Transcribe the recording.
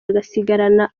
agasigarana